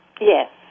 Yes